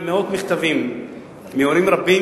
עם מאות מכתבים מהורים רבים,